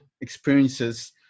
experiences